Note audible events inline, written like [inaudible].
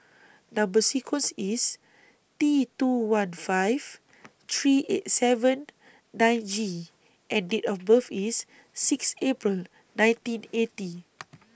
Number sequence IS T two one five three eight seven nine G and Date of birth IS six April nineteen eighty [noise]